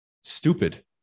Stupid